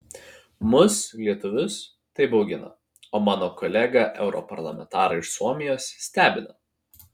mus lietuvius tai baugina o mano kolegą europarlamentarą iš suomijos stebina